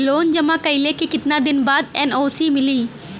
Loan जमा कइले के कितना दिन बाद एन.ओ.सी मिली?